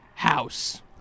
house